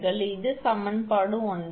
𝑉𝑥 sinh𝑥√𝑘 𝑉 sinh𝑛√𝑘 இது சமன்பாடு 9